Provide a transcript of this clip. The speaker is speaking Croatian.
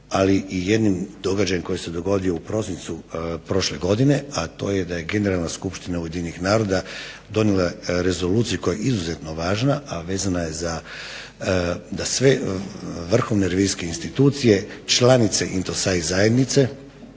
ali i jednim događajem koji se dogodio u prosincu prošle godine, a to je da je Generalna skupština UN-a donijela rezoluciju koja je izuzetno važna, a vezna je za da sve vrhovne revizijske institucije članice INTO SAIL zajednice